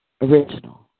original